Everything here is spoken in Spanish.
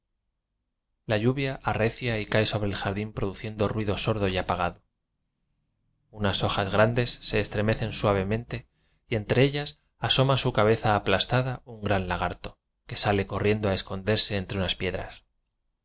la lluvia arrecia y cae sobre el jardín pro duciendo ruido sordo y apagado unas hojas grandes se estremecen suavemente y entre ellas asoma su cabeza aplastada un gran lagarto que sale corriendo a escon derse entre unas piedras